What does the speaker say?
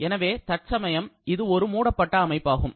எனவே தற்சமயம் இது ஒரு மூடப்பட்ட அமைப்பாகும்